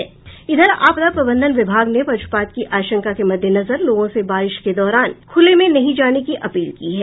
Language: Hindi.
आपदा प्रबंधन विभाग ने वज्रपात की आशंका के मद्देनजर लोगों से बारिश के दौरान खुले में नहीं जाने की अपील की है